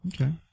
Okay